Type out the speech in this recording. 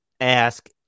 ask